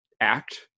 act